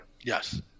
yes